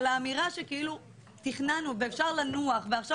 אבל האמירה שתכננו ואפשר לנוח ועכשיו